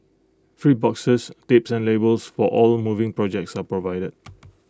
free boxes tapes and labels for all moving projects are provided